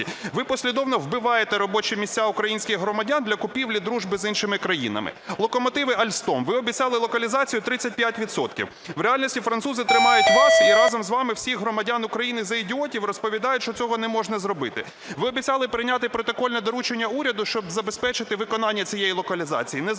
Ви послідовно вбиваєте робочі місця українських громадян для купівлі дружби з іншими країнами. Локомотиви Alstom, ви обіцяли локалізацію 35 відсотків. В реальності французи тримають вас і разом з вами всіх громадян України за ідіотів, розповідають, що цього не можна зробити. Ви обіцяли прийняти протокольне доручення уряду, щоб забезпечити виконання цієї локалізації. Не зроблено